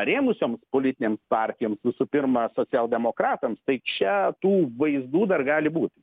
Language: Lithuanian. rėmusioms politinėms partijoms visų pirma socialdemokratams tai čia tų vaizdų dar gali būti